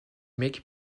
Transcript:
make